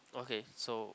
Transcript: okay so